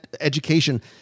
education